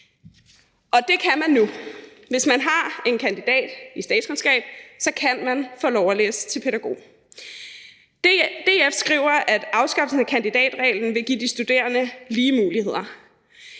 år. Det kan man nu. Hvis man har en kandidat i statskundskab, kan man få lov at læse til pædagog. DF skriver, at afskaffelsen af kandidatreglen vil give de studerende lige muligheder.